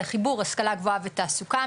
לחיבור השכלה גבוהה ותעסוקה,